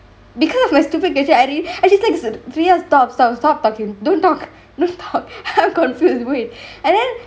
because of my stupid questions and she's like priya stop stop stop talkingk don't talk don't talk I'm confused wait and then